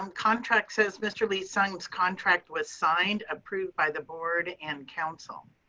um contract says mr. lee-sung's contract was signed, approved by the board and council.